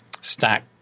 stack